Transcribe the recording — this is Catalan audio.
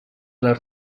les